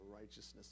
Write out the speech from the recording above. righteousness